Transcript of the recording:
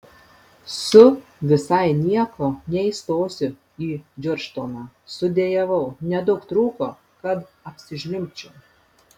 su visai nieko neįstosiu į džordžtauną sudejavau nedaug trūko kad apsižliumbčiau